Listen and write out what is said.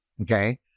Okay